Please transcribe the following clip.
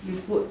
you put